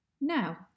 Now